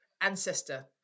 ancestor